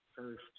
First